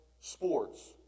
sports